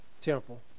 temple